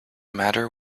matter